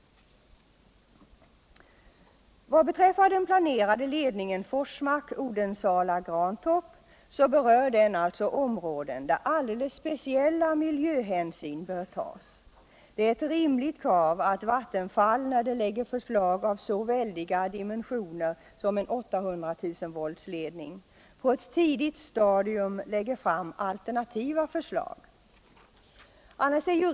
Den planerade ledningen Forsmark-Odensala-Grantorp berör som sagt områden. där alldeles speciella miljöhänsyn bör tas. Det är ett rimligt krav att Vattenfall, när man lägger fram förslag om cen ledning av så väldiga dimensioner som det här är fråga om, på ett tidigt stadium också föreslår alternativa lösningar.